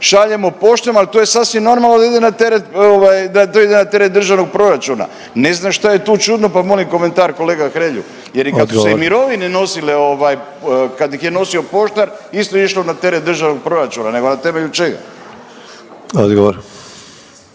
šaljemo poštom, ali to je sasvim normalno da ide na teret, ovaj, na teret državnog proračuna. Ne znam šta je tu čudno pa molim komentar kolega Hrelju jer i kad su se … .../Upadica: Odgovor./... … i mirovine nosile, ovaj, kad ih je nosio poštar, isto je išlo na teret državnog proračuna, nego na temelju čega?